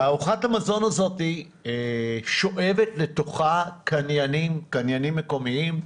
תערוכת המזון הזו שואבת לתוכה קניינים מקומיים,